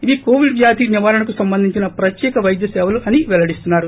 ఇవి కోవిడ్ వ్యాధి నివారణకు సంబంధించిన ప్రత్యేక వైద్య సేవలు అని వెల్లడిస్తున్నారు